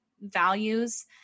values